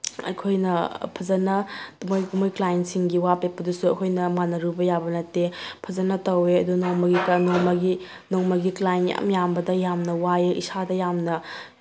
ꯑꯩꯈꯣꯏꯅ ꯐꯖꯅ ꯃꯣꯏ ꯃꯣꯏ ꯀ꯭ꯂꯥꯏꯟꯁꯤꯡꯒꯤ ꯋꯥ ꯄꯦꯠꯄꯗꯨꯁꯨ ꯑꯩꯈꯣꯏꯅ ꯃꯥꯟꯅꯔꯨꯕ ꯌꯥꯕ ꯅꯠꯇꯦ ꯐꯖꯅ ꯇꯧꯑꯦ ꯑꯗꯨ ꯅꯣꯡꯃꯒꯤ ꯅꯣꯡꯃꯒꯤ ꯀ꯭ꯂꯥꯏꯟ ꯌꯥꯝ ꯌꯥꯝꯕꯗ ꯌꯥꯝꯅ ꯋꯥꯏꯑꯦ ꯏꯁꯥꯗ ꯌꯥꯝꯅ